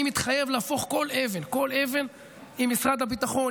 אני מתחייב להפוך כל אבן עם משרד הביטחון,